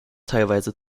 teilweise